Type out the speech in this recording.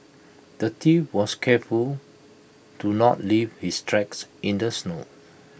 the thief was careful to not leave his tracks in the snow